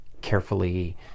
carefully